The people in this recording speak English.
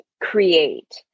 create